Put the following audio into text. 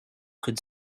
could